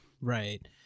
right